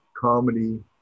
comedy